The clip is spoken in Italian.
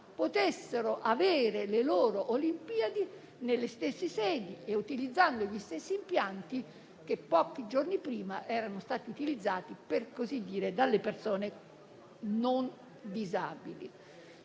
potessero avere le loro Olimpiadi nelle stesse sedi e utilizzando gli stessi impianti che pochi giorni prima erano stati utilizzati dalle persone non disabili.